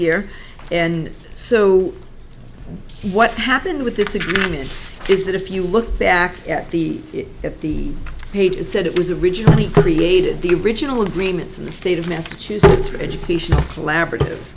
year and so what happened with this agreement is that if you look back at the at the page it said it was originally created the original agreements in the state of massachusetts for education collaborative